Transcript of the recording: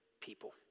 people